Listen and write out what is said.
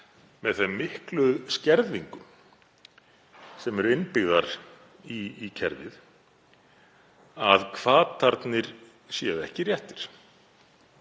með þeim miklu skerðingum sem eru innbyggðar í kerfið, að hvatarnir séu ekki réttir,